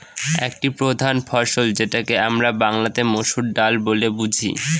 একটি প্রধান ফসল যেটাকে আমরা বাংলাতে মসুর ডাল বলে বুঝি